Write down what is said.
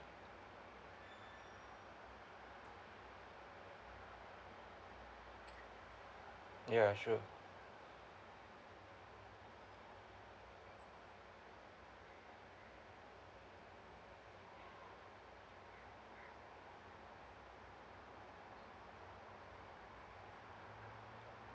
ya sure